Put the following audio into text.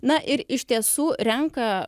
na ir iš tiesų renka